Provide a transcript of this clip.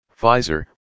Pfizer